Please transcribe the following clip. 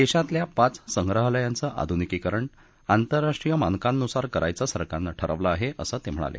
देशातल्या पाच संप्रहालयांचं आधुनिकीकरण आंतरराष्ट्रीय मानकांनुसार करायचं सरकारनं ठरवलं आहे असं ते म्हणाले